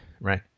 Right